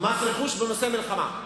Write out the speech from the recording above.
מס רכוש בנושא מלחמה,